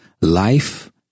Life